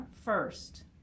first